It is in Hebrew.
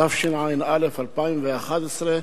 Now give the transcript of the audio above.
התשע"א 2011,